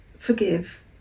forgive